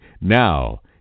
Now